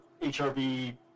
HRV